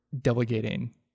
delegating